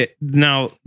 Now